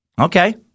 Okay